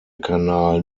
kanal